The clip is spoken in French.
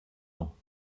ans